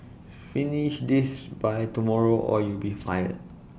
finish this by tomorrow or you'll be fired